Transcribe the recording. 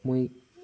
ꯃꯣꯏ